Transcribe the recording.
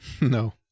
no